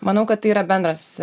manau kad tai yra bendras